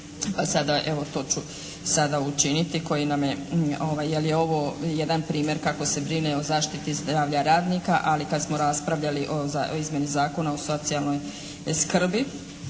sada evo to ću sada učiniti jer je ovo jedan primjer kako se brine o zaštiti zdravlja radnika. Ali kad smo raspravljali o izmjeni Zakona o socijalnoj skrbi